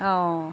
অঁ